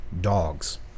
dogs